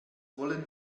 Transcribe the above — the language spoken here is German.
wollen